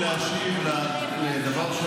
אפילו בזה לא אכפת לו,